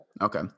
Okay